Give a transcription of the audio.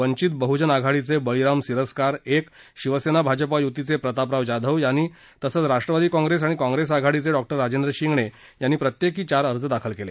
वंचित बहुजन आघाडीचे बळीराम सिरस्कार एक शिवसेना भाजप युतीचे प्रतापराव जाधव यांनी तसंच राष्ट्रवादी काँप्रेस आणि काँप्रेस आघाडीचे डॉ राजेंद्र शिंगणे यांनी प्रत्येकी चार अर्ज दाखल केले